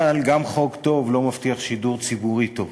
אבל גם חוק טוב לא מבטיח שידור ציבורי טוב.